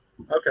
okay